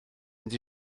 mynd